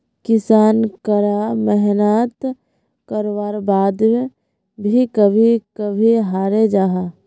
किसान करा मेहनात कारवार बाद भी कभी कभी हारे जाहा